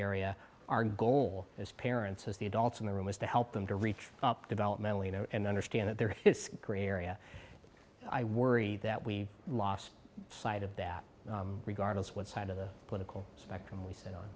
area our goal as parents is the adults in the room is to help them to reach up developmentally know and understand that their his grey area i worry that we lost sight of that regardless of what side of the political spectrum we sit on